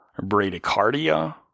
bradycardia